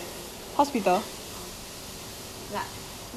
mine is like beside beside got other hospital also